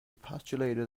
postulated